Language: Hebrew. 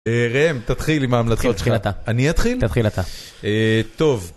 ראם, תתחיל עם ההמלצות שלך. תתחיל אתה. אני אתחיל? תתחיל אתה. אהה, טוב.